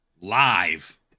live